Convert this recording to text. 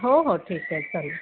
हो हो ठीक आहे चालेल